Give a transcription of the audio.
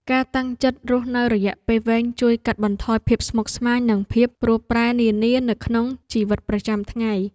ការតាំងចិត្តរស់នៅរយៈពេលវែងជួយកាត់បន្ថយភាពស្មុគស្មាញនិងភាពប្រែប្រួលនានានៅក្នុងជីវិតប្រចាំថ្ងៃ។